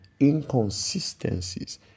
inconsistencies